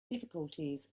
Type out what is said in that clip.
difficulties